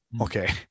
okay